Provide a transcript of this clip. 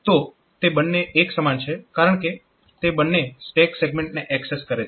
તો તે બંને એકસમાન છે કારણકે તે બંને સ્ટેક સેગમેન્ટ ને એક્સેસ કરે છે